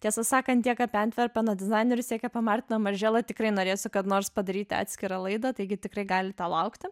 tiesą sakant tiek apie antverpeno dizainerius tiek apie martiną marželą tikrai norėsiu kada nors padaryti atskirą laidą taigi tikrai galite laukti